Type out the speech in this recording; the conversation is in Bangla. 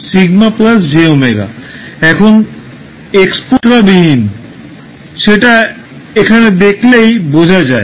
এখন এক্সপনেন্ট এর আর্গুমেন্ট st হল মাত্রাবিহীন সেটা এখানে দেখলেই বোঝা যায়